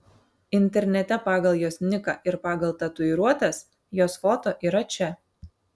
internete pagal jos niką ir pagal tatuiruotes jos foto yra čia